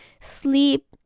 sleep